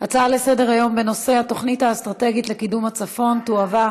ההצעות לסדר-היום בנושא התוכנית האסטרטגית לקידום הצפון תועברנה